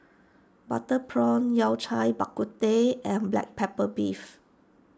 Butter Prawn Yao Cai Bak Kut Teh and Black Pepper Beef